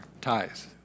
ties